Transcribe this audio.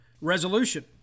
resolution